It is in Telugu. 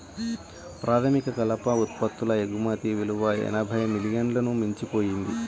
ప్రాథమిక కలప ఉత్పత్తుల ఎగుమతి విలువ ఎనభై మిలియన్లను మించిపోయింది